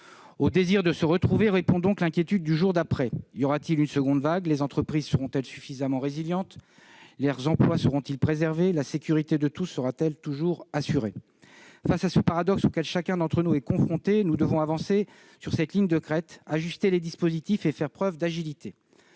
Au désir de se retrouver répond donc l'inquiétude du jour d'après. Y aura-t-il une seconde vague ? Les entreprises seront-elles suffisamment résilientes ? Les emplois seront-ils préservés ? La sécurité de tous sera-t-elle toujours assurée ? Face à ce paradoxe auquel chacun d'entre nous est confronté, nous devons avancer sur une ligne de crête, ajuster les dispositifs et faire preuve d'agilité.